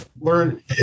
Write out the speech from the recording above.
learn